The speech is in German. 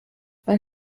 man